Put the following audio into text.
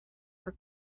for